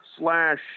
Slash